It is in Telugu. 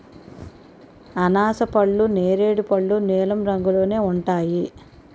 అనాసపళ్ళు నేరేడు పళ్ళు నీలం రంగులోనే ఉంటాయి